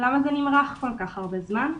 למה זה נמרח כל כך הרבה זמן?